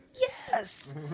yes